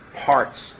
parts